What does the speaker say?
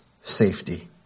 safety